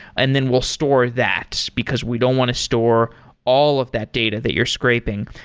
and then we'll store that, because we don't want to store all of that data that you're scraping.